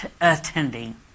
attending